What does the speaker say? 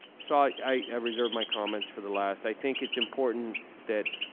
so i i reserved my comments for the last, i think it's important that,